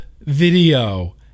video